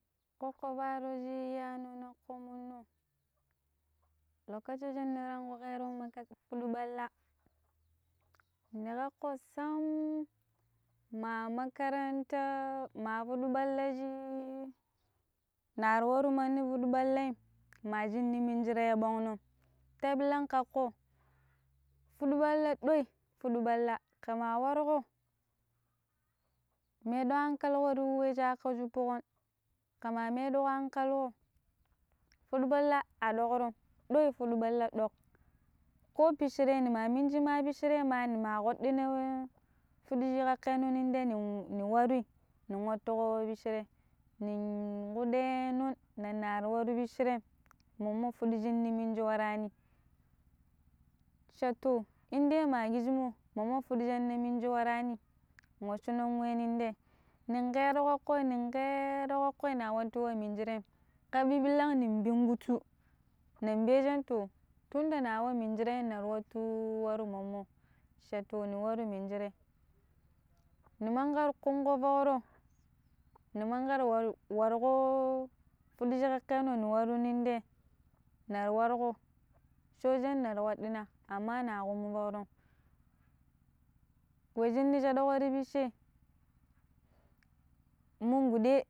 ƙoƙƙo ɓaro shin iyano nokko munno lokaci shin nanƙo kero meko kurɓe ɓala ni, kakko sam maa makaranta ma fuɗɗu ɓala shi nara waro mandi fuɗɗu balai ma shin minji yaɓongno, te bilang kakko fuɗɗu ɓalla doi fuɗɗu ɓalla ka ma warƙo medo hankali ƙo ti wei shi aka shipuƙon kamma medoƙon hankaliƙo fuɗu ɓalla a doƙron ɗoi fuɗu balla ɗoƙ ko pishere ni ma minji ma pishere ma nima kwadina weh fuduji kakkeno nin ɗe nin warui ni wattu ƙobon bishere. Ni ƙuɗeno na nari waru bisherem mommo fuduji min minji warani sha toh inde ma kijimoi mommo fudji nanɗa warana wacenon wey niɗey nin keero kokko nin keero kokko na watu wa minjire ƙabi bilang ni ɓinkittu nan ɓeejen toh tunda na wa minjiren na narawatu woru mommo, sha to na waru minjire ni mangar ƙunƙo fuƙro ni mangar war-warƙo fudiji kakkeno ni waru ninde na warƙo shoojen nar kwaɗina amma na ƙumu foƙrom we shinni shediƙo ti ɓishe mungɓuɗe